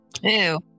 Ew